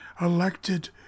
elected